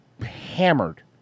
hammered